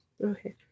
Okay